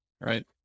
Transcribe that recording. Right